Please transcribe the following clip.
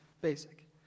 basic